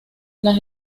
las